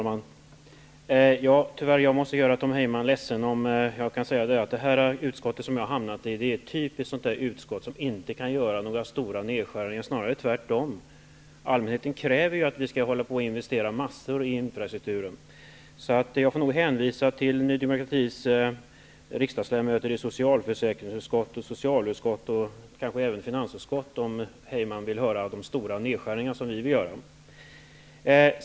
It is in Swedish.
Herr talman! Jag måste tyvärr göra Tom Heyman ledsen genom att säga att det utskott som jag har hamnat i är ett typiskt sådant utskott som inte kan föreslå några stora nedskärningar, snarare tvärtom. Allmänheten kräver att det skall investeras massor av pengar i infrastrukturen. Jag får därför hänvisa till Ny demokratis representanter i socialförsäkringsutskottet, socialutskottet och kanske även i finansutskottet, om Tom Heyman vill ta del av de stora nedskärningar som vi vill göra.